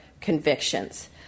convictions